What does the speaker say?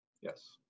Yes